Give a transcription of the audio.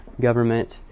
government